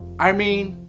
i mean,